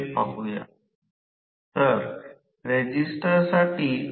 आणि चुंबकीय क्षेत्रासह वाहक ओढणेसाठीसाठी बल नेहमी या दिशेने कार्य करते